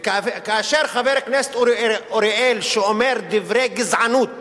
וכאשר חבר הכנסת אורי אריאל, שאומר דברי גזענות